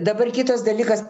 dabar kitas dalykas